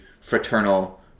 fraternal